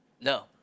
No